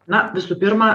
na visų pirma